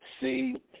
see